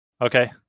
Okay